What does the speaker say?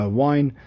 wine